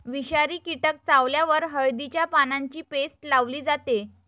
विषारी कीटक चावल्यावर हळदीच्या पानांची पेस्ट लावली जाते